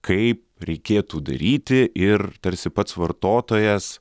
kai reikėtų daryti ir tarsi pats vartotojas